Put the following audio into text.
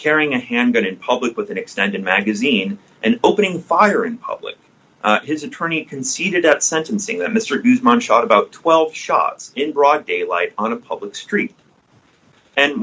carrying a handgun in public with an extended magazine and opening fire in public his attorney conceded at sentencing that mister guzman shot about twelve shots in broad daylight on a public street and